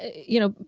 you know,